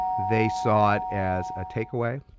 they saw it as a takeaway.